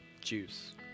juice